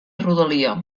rodalia